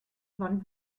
wann